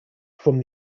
from